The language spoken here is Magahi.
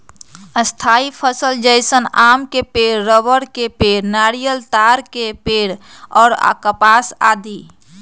स्थायी फसल जैसन आम के पेड़, रबड़ के पेड़, नारियल, ताड़ के पेड़ और कपास आदि